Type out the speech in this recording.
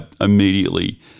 immediately